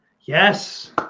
Yes